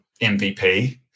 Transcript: MVP